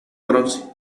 bronce